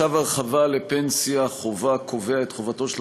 צו הרחבה לפנסיה חובה קובע את חובתו של